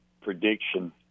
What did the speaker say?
prediction